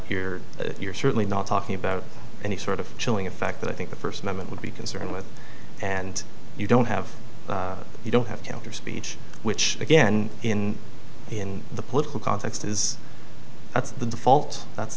ere you're certainly not talking about any sort of chilling effect that i think the first moment would be concerned with and you don't have you don't have counter speech which again in the in the political context is that's the default that's